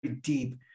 deep